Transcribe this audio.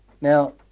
Now